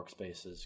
workspaces